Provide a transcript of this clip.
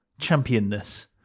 championness